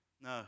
No